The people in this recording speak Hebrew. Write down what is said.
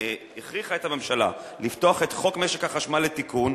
והכריחה את הממשלה לפתוח את חוק משק החשמל לתיקון,